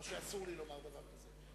או שאסור לי לומר דבר כזה,